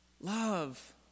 Love